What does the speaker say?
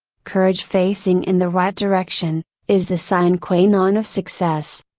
courage facing in the right direction is the sine qua non of success.